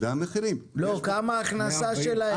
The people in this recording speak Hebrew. כמה ההכנסה שלהם?